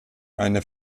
einer